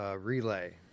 relay